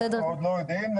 אנחנו עוד לא יודעים.